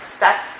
set